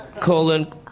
colon